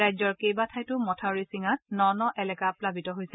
ৰাজ্যৰ কেইবাঠাইতো মথাউৰি ছিঙাত ন ন এলেকা প্লাৱিত হৈছে